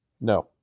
no